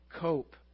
cope